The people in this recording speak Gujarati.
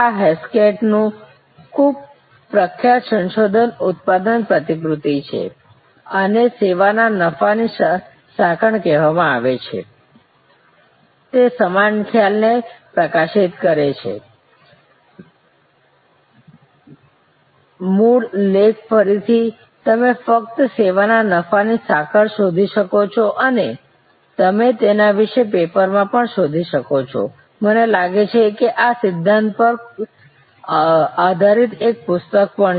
આ હેસ્કેટનું ખૂબ પ્રખ્યાત સંશોધન ઉત્પાદન પ્રતિકૃતિ છે આને સેવા ના નફા ની સાંકળ કહેવામાં આવે છે તે સમાન ખ્યાલને પ્રકાશિત કરે છે મૂળ લેખ ફરીથી તમે ફક્ત સેવા ના નફા ની સાંકળ શોધી શકો છો અને તમે તેના વિષે પેપર માં પણ શોધી શકો છો મને લાગે છે કે આ જ સિદ્ધાંત પર આધારિત એક પુસ્તક પણ છે